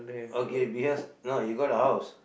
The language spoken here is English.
okay because no you got a house